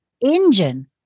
engine